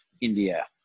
India